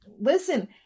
listen